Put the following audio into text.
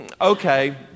Okay